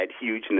huge